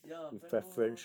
ya bank loan lor